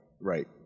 right